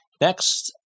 Next